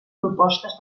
propostes